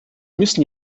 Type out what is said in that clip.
müssen